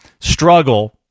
struggle